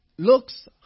looks